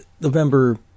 November